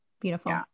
Beautiful